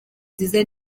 nziza